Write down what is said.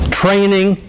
training